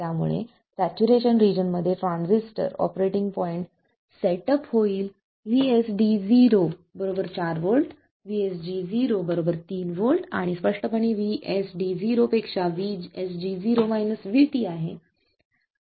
त्यामुळे या saturation region मध्ये transistor operating point set up होईल VSD0 4 V आणि VSG0 3 व्होल्ट आणि स्पष्टपणे VSD0 पेक्षा अधिक VSG0 VT